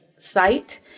site